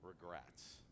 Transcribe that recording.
regrets